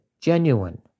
genuine